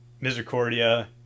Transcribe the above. Misericordia